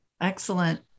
Excellent